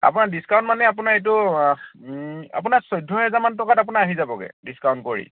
আপোনাৰ ডিছকাউণ্ট মানে আপোনাৰ এইটো আপোনাৰ চৈধ্য হেজাৰমান টকাত আপোনাৰ আহি যাবগৈ ডিছকাউণ্ট কৰি